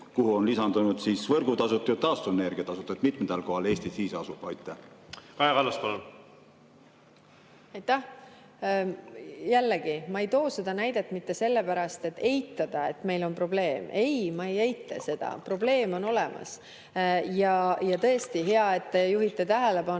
kuhu on lisandunud võrgutasu ja taastuvenergia tasu. Mitmendal kohal Eesti siis asub? Kaja Kallas, palun! Kaja Kallas, palun! Aitäh! Jällegi: ma ei toonud seda näidet mitte sellepärast, et eitada, et meil on probleem. Ei, ma ei eita seda. Probleem on olemas. Ja tõesti, hea, et te juhite tähelepanu,